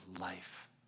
life